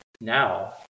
now